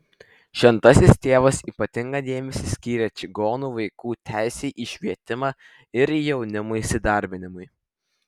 šventasis tėvas ypatingą dėmesį skyrė čigonų vaikų teisei į švietimą ir jaunimo įsidarbinimui